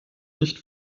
nicht